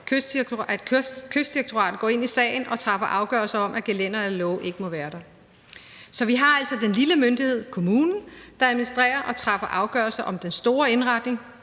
at Kystdirektoratet går ind i sagen og træffer afgørelse om, at gelænder eller låge ikke må være der. Så vi har altså den lille myndighed, kommunen, der administrerer og træffer afgørelse om den store indretning,